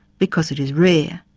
because it is rare.